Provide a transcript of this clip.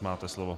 Máte slovo.